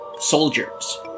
soldiers